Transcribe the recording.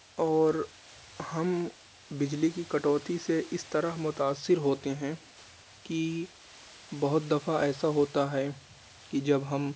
اور ہم بجلی کی کٹوتی سے اس طرح متاثر ہوتے ہیں کہ بہت دفعہ ایسا ہوتا ہے کہ جب ہم